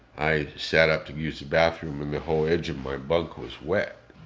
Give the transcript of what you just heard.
i sat up to use the bathroom, and the whole edge of my bunk was wet.